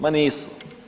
Ma nisu.